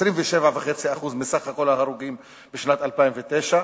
27.5% מכלל ההרוגים בשנת 2009,